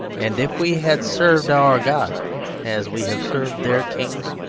and if we had served our god as we have served their kings,